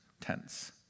tense